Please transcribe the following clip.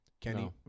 Kenny